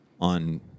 on